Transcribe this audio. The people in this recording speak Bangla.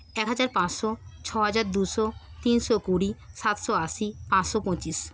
এক হাজার পাঁচশো ছ হাজার দুশো তিনশো কুড়ি সাতশো আশি পাঁচশো পঁচিশ